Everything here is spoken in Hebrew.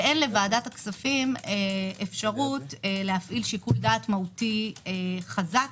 ואין לוועדת הכספים אפשרות להפעיל שיקול דעת מהותי חזק